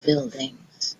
buildings